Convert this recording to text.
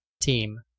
team